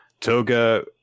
Toga